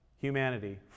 humanity